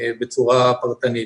בצורה פרטנית.